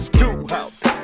Schoolhouse